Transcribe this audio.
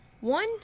one